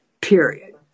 period